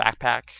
backpack